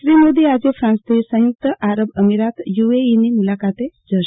શ્રી મોદી આજે ફાન્સથી સંયુક્ત આરબ અમીરાત યુએઈની મુલાકાતે જશે